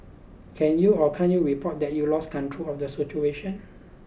can you or can't you report that you've lost control of the situation